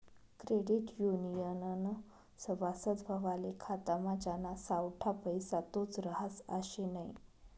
credit युनियननं सभासद व्हवाले खातामा ज्याना सावठा पैसा तोच रहास आशे नै